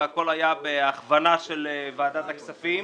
והכל היה בהכוונה של ועדת הכספים